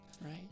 Right